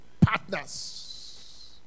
Partners